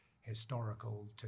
historical